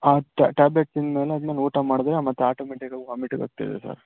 ಆ ಟ್ಯಾಬ್ಲೆಟ್ ತಿಂದ್ಮೇಲೆ ಆದ್ಮೇಲೆ ಊಟ ಮಾಡಿದ್ರೆ ಮತ್ತೆ ಆಟೋಮೆಟಿಕಾಗಿ ವಾಮಿಟಿಂಗ್ ಆಗ್ತಾ ಇದೆ ಸರ್